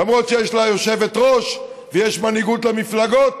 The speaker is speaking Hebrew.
למרות שיש לה יושבת-ראש ויש מנהיגות למפלגות.